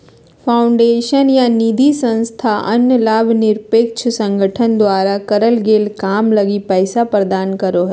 foundation या निधिसंस्था अन्य लाभ निरपेक्ष संगठन द्वारा करल गेल काम लगी पैसा प्रदान करो हय